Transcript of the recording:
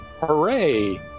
Hooray